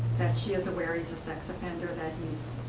and she is aware he's a sex offender, that he's